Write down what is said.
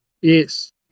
Yes